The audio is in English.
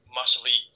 massively